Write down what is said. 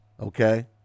Okay